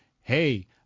hey